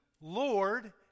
Lord